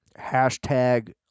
hashtag